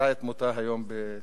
ומצאה את מותה היום בתל-אביב,